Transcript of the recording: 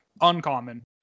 uncommon